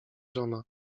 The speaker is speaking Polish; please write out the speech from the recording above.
żona